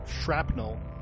shrapnel